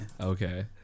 Okay